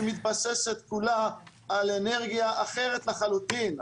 שמתבססת כולה על אנרגיה אחרת לחלוטין,